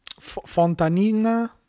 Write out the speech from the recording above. fontanina